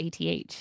ATH